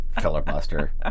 Filibuster